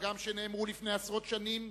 הגם שנאמרו לפני עשרות שנים,